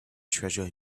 treasure